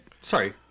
sorry